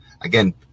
Again